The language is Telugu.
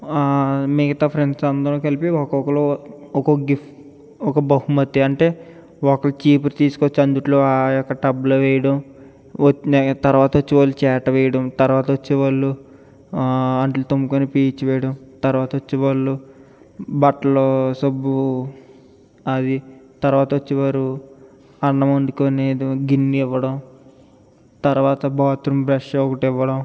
మిగతా ఫ్రెండ్స్ అందరూ కలిపి ఒక్కొక్కళ్ళు ఒక్కొక్క గిఫ్ట్ ఒక బహుమతి అంటే ఒకళ్ళు చీపురు తీసుకొచ్చి అందులో ఆ యొక్క టబ్లో వేయడం తర్వాత వచ్చి వాళ్ళు చాట వేయడం తర్వాత వచ్చే వాళ్ళు అంట్లు తోముకునే పీచు వేయడం తర్వాత వచ్చే వాళ్ళు బట్టల సబ్బు అది తరువాత వచ్చేవారు అన్నం వండుకునేది గిన్నె ఇవ్వడం తరువాత బాత్రూం బ్రష్ ఒకటి ఇవ్వడం